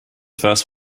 first